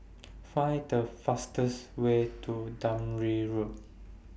Find The fastest Way to Dunearn Road